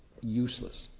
useless